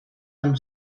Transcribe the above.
amb